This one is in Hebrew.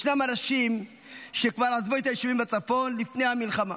ישנם אנשים שכבר עזבו את היישובים בצפון לפני המלחמה